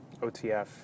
OTF